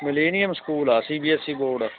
millennium school ਆ C B S E board